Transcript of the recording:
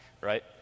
right